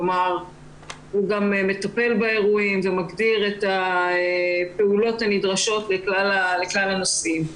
כלומר הוא גם מטפל באירועים ומגדיר את הפעולות הנדרשות לכלל הנושאים.